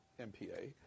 MPA